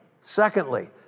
Secondly